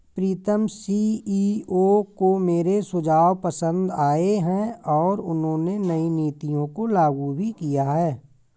प्रीतम CEO को मेरे सुझाव पसंद आए हैं और उन्होंने नई नीतियों को लागू भी किया हैं